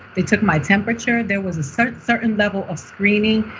they took my temperature. there was a certain certain level of screening.